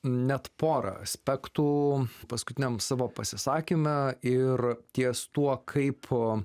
net porą aspektų paskutiniam savo pasisakymą ir ties tuo kaipo